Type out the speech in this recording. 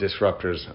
disruptors